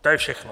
To je všechno.